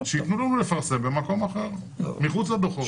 שיתנו לנו לפרסם במקום אחר, מחוץ לדוחות.